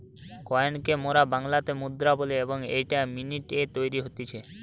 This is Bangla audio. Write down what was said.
কয়েন কে মোরা বাংলাতে মুদ্রা বলি এবং এইটা মিন্ট এ তৈরী হতিছে